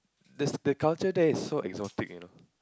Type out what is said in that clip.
the the culture there is so exotic you know